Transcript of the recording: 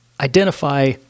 identify